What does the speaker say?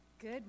Good